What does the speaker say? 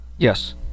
Yes